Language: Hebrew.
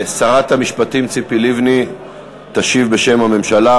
שרת המשפטים ציפי לבני תשיב בשם הממשלה,